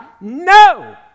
No